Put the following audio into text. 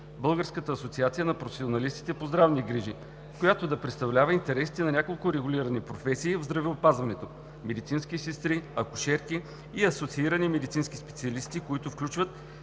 Българската асоциация на професионалистите по здравни грижи, която да представлява интересите на няколко регулирани професии в здравеопазването: медицински сестри, акушерски и асоциирани медицински специалисти, които включват